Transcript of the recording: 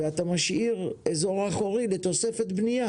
ואתה משאיר אזור אחורי לתוספת בנייה